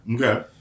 Okay